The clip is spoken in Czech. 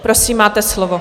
Prosím, máte slovo.